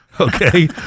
Okay